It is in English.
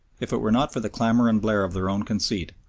if it were not for the clamour and blare of their own conceit,